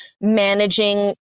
managing